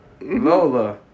Lola